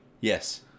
Yes